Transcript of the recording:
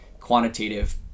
Quantitative